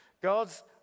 God's